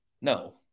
No